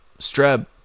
Streb